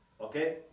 Okay